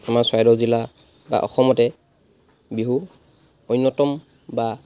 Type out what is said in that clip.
আমাৰ চৰাইদেউ জিলা বা অসমতে বিহু অন্যতম বা